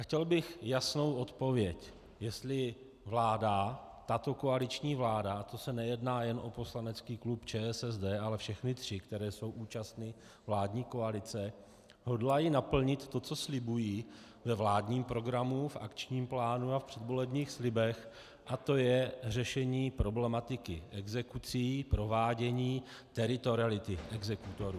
Chtěl bych jasnou odpověď, jestli tato koaliční vláda nejedná se jen o poslanecký klub ČSSD, ale všechny tři, které jsou účastny vládní koalice hodlá naplnit to, co slibuje ve vládním programu, v akčním plánu a v předvolebních slibech, a to je řešení problematiky exekucí, provádění teritoriality exekutorů.